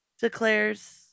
declares